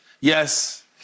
yes